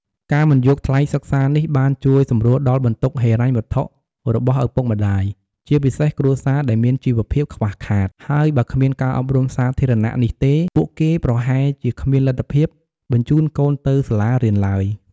ការមិនយកថ្លៃសិក្សានេះ បានជួយសម្រួលដល់បន្ទុកហិរញ្ញវត្ថុរបស់ឪពុកម្តាយ ជាពិសេសគ្រួសារដែលមានជីវភាពខ្វះខាត ហើយបើគ្មានការអប់រំសាធារណៈនេះទេ ពួកគេប្រហែលជាគ្មានលទ្ធភាពបញ្ជូនកូនទៅសាលារៀនឡើយ។